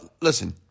listen